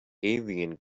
alien